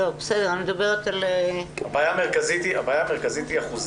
הבעיה המרכזית היא אחוז